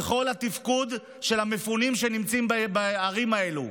בכל התפקוד מול המפונים שנמצאים בערים האלו,